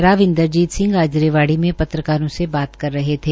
राव इनद्रजीत सिंह आज रेवाड़ी में पत्रकारों से बात कर रहे थे